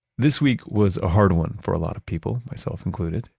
this week was a hard one for a lot of people, myself included,